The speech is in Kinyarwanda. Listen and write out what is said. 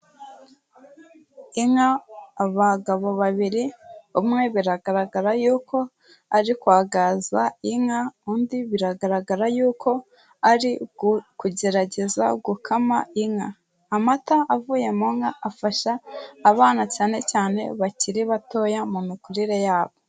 Inka abagabo babiri umwe biragaragara yuko ari kwagaza inka, undi biragaragara yuko ari kugerageza gukama inka. Amata avuye mu nka afasha abana cyane cyane bakiri batoya mu mikurire yabo.